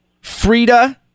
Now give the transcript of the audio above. Frida